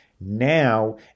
Now